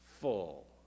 full